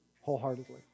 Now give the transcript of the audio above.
wholeheartedly